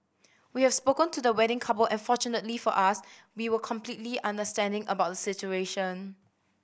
we have spoken to the wedding couple and fortunately for us we were completely understanding about the situation